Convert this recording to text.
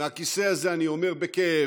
מהכיסא הזה אני אומר בכאב: